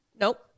Nope